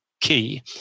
key